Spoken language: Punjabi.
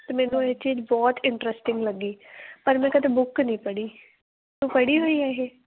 ਅਤੇ ਮੈਨੂੰ ਇਹ ਚੀਜ਼ ਬਹੁਤ ਇੰਟਰਸਟਿੰਗ ਲੱਗੀ ਪਰ ਮੈਂ ਕਦੇ ਬੁੱਕ ਨਹੀਂ ਪੜ੍ਹੀ ਤੂੰ ਪੜ੍ਹੀ ਹੋਈ ਹੈ ਇਹ